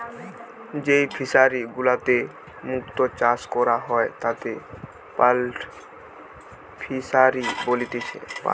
যেই ফিশারি গুলাতে মুক্ত চাষ করা হয় তাকে পার্ল ফিসারী বলেতিচ্ছে